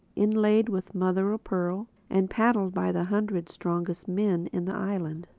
inlaid with mother-o'-pearl and paddled by the hundred strongest men in the island.